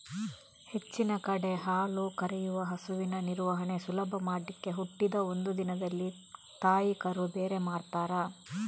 ಹೆಚ್ಚಿನ ಕಡೆ ಹಾಲು ಕರೆಯುವ ಹಸುವಿನ ನಿರ್ವಹಣೆ ಸುಲಭ ಮಾಡ್ಲಿಕ್ಕೆ ಹುಟ್ಟಿದ ಒಂದು ದಿನದಲ್ಲಿ ತಾಯಿ ಕರು ಬೇರೆ ಮಾಡ್ತಾರೆ